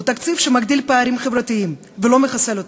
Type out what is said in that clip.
הוא תקציב שמגדיל פערים חברתיים ולא מחסל אותם,